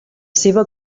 seva